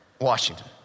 Washington